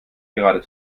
gerade